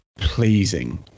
pleasing